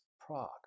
Prague